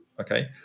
okay